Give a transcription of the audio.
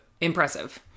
Impressive